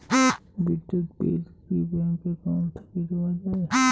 বিদ্যুৎ বিল কি bank account থাকি দেওয়া য়ায়?